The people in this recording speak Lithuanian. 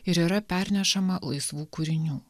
ir yra pernešama laisvų kūrinių